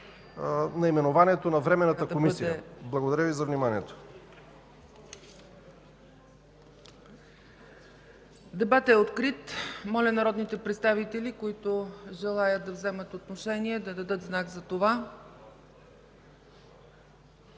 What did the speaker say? наименованието на Временната комисия. Благодаря Ви за вниманието. ПРЕДСЕДАТЕЛ ЦЕЦКА ЦАЧЕВА: Дебатът е открит. Моля народните представители, които желаят да вземат отношение, да дадат знак за това.